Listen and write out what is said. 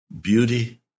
beauty